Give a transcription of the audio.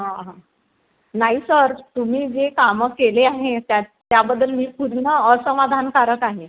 हां हां नाही सर तुम्ही जे कामं केले आहे त्या त्याबद्दल मी पूर्ण असमाधानकारक आहे